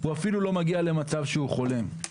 הוא אפילו לא מגיע למצב שהוא חולם.